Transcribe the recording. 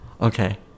Okay